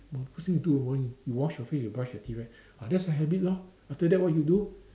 first thing you do in the morning you wash your face you brush your teeth right ah that's a habit lor after that what you do